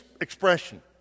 expression